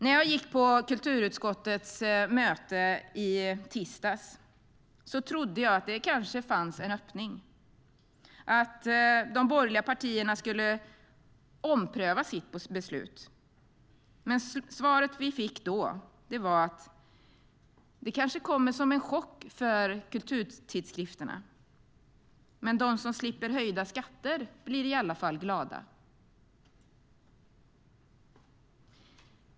När jag gick på kulturutskottets möte i tisdags trodde jag att det kanske fanns en öppning, att de borgerliga partierna skulle ompröva sitt beslut. Men svaret vi fick då var: Det kanske kommer som en chock för kulturtidskrifterna, men de som slipper höjda skatter blir i alla fall glada.